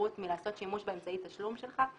האפשרות מלעשות שימוש באמצעי תשלום שלך.